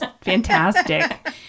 fantastic